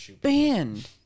banned